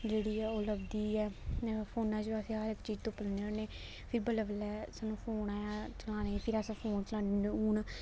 जेह्ड़ी ऐ ओह् लब्भदी ऐ फोने च बैसे हर इक चीज तुप्पी लेन्ने होन्ने आं फिर बल्लै बल्लै सानूं आया चलाने फिर अस फोन चलाने होन्ने आं हून